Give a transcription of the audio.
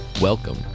Welcome